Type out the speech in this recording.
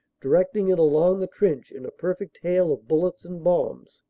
directing it along the trench in a perfect hail of bullets and bombs.